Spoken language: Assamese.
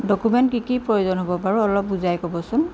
ডকুমেণ্ট কি কি প্ৰয়োজন হ'ব অলপ বুজাই ক'বচোন